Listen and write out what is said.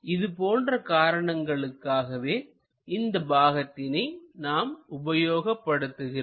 இது போன்ற காரணங்களுக்காக இந்த பாகத்தினை நாம் உபயோகப்படுத்துகிறோம்